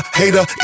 hater